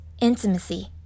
intimacy